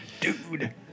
Dude